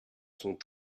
sont